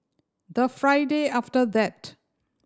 the Friday after that